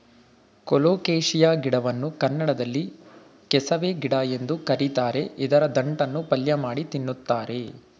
colocasia ಗಿಡವನ್ನು ಕನ್ನಡದಲ್ಲಿ ಕೆಸವೆ ಗಿಡ ಎಂದು ಕರಿತಾರೆ ಇದರ ದಂಟನ್ನು ಪಲ್ಯಮಾಡಿ ತಿನ್ನುತ್ತಾರೆ